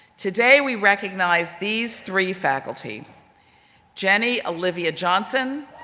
today we recognize these three faculty jenny olivia johnson,